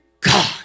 God